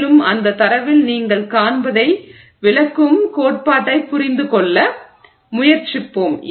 மேலும் அந்தத் தரவில் நீங்கள் காண்பதை விளக்கும் கோட்பாட்டைப் புரிந்துகொள்ள முயற்சிப்போம்